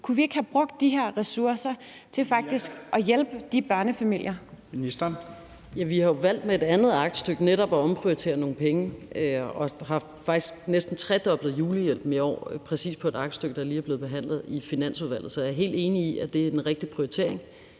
Social- og boligministeren (Pernille Rosenkrantz-Theil): Vi har jo valgt med et andet aktstykke netop at omprioritere nogle penge, og har faktisk næsten tredoblet julehjælpen i år præcis på et aktstykke, der lige er blevet behandlet i Finansudvalget. Så jeg er helt enig i, det er den rigtige prioritering.